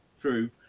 True